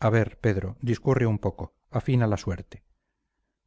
a ver pedro discurre un poco afina la suerte